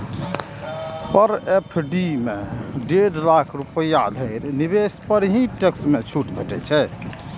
पर FD मे डेढ़ लाख रुपैया धरि निवेश पर ही टैक्स मे छूट भेटै छै